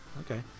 Okay